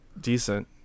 decent